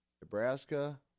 Nebraska